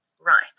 Right